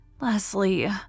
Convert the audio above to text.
Leslie